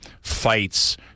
fights